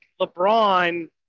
LeBron –